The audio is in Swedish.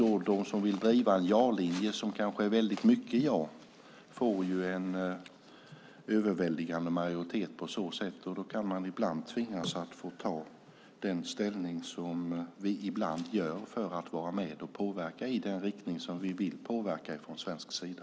De som vill driva en ja-linje som kanske är väldigt mycket ja får en överväldigande majoritet på så sätt. Då kan man ibland tvingas att ta den ställning som vi ibland gör för att vara med och påverka i den riktning som vi vill från svensk sida.